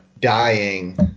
dying